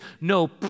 no